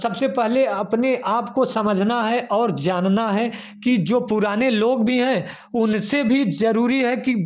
सबसे पहले अपने आप को समझना है और जानना है कि जो पुराने लोग भी हैं उनसे भी ज़रूरी है कि